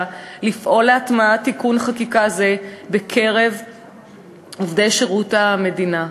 לפעול להטמעת תיקון חקיקה זה בקרב עובדי שירות המדינה.